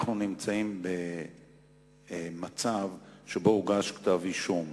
אנחנו נמצאים במצב שבו הוגש כתב אישום.